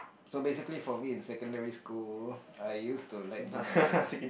so basically for me in secondary school I used to like this girl